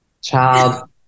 Child